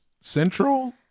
Central